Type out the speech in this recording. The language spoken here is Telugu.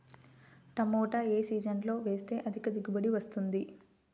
టమాటా ఏ సీజన్లో వేస్తే అధిక దిగుబడి వస్తుంది?